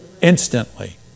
Instantly